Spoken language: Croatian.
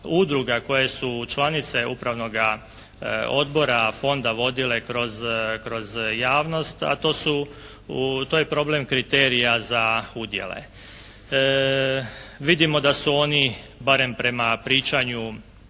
koje su članice Upravnoga odbora fonda vodile kroz javnost, a to su, to je problem kriterija za udjele. Vidimo da su oni, barem prema pričanju,